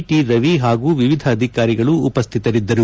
T Ravi ಹಾಗೂ ವಿವಿಧ ಅಧಿಕಾರಿಗಳು ಉಪಸ್ಟಿತರಿದ್ದರು